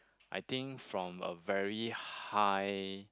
I think from a very high